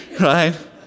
right